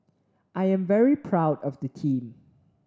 I'm very proud of the team